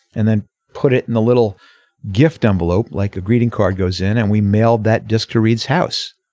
and then put it in the little gift envelope like a greeting card goes in and we mailed that disc to reed's house.